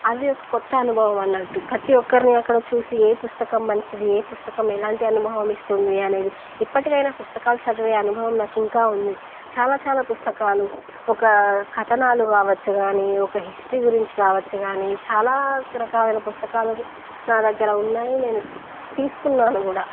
అది ఒక కొత్త అనుభవం అన్నట్టు ప్రతి ఒక్కరిని అక్కడ చూసి ఏ పుస్తకం మంచిది ఏ పుస్తకం ఎలాంటి అనుభవం ఇస్తుంది అనేది ఇప్పటికైనా పుస్తకాలు చదివే అనుభవం నాకు ఇంకా ఉంది చాలా చాలా పుస్తకాలు ఒక కథనాలు కావచ్చు కానీ ఒక హిస్టరీ గురించి కావచ్చు కాని చాలా రకాలైన పుస్తకాలు నా దగ్గర ఉన్నాయి నేను తీసుకున్నాను కూడా